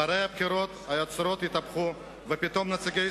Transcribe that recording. אחרי הבחירות התהפכו היוצרות ופתאום נציגי